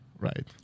right